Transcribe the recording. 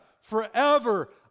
forever